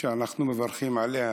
שאנחנו מברכים עליה,